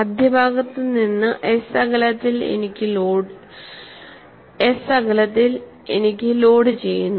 മധ്യഭാഗത്ത് നിന്ന് S അകലത്തിൽ എനിക്ക് ലോഡുചെയ്യുന്നു